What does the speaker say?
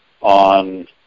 on